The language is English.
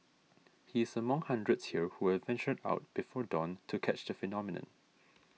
he is among hundreds here who have ventured out before dawn to catch the phenomenon